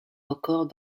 encore